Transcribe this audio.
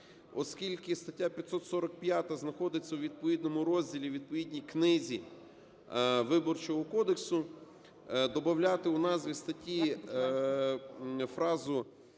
Оскільки стаття 545 знаходиться у відповідному розділі у відповідній книзі Виборчого кодексу, добавляти у назві статті фразу